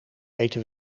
eten